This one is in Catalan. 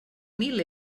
mil